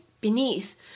beneath